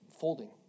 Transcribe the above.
folding